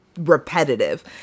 repetitive